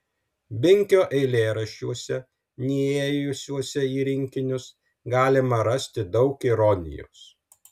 binkio eilėraščiuose neįėjusiuose į rinkinius galima rasti daug ironijos